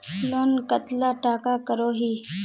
Loan कतला टाका करोही?